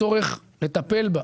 הצורך לטפל בה,